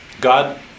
God